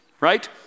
Right